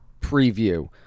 preview